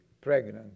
pregnant